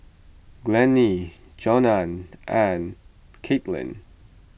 Glennie Johnna and Kaitlynn